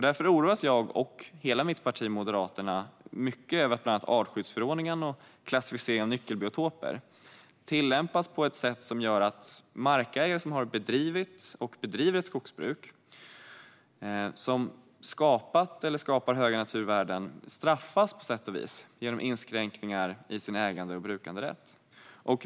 Därför oroas jag och hela mitt parti Moderaterna mycket av att bland annat artskyddsförordningen och klassificeringen av nyckelbiotoper tillämpas på ett sätt som gör att markägare som bedrivit och bedriver ett skogsbruk som skapat eller skapar höga naturvärden på sätt och vis straffas genom inskränkningar i sin ägande och brukanderätt.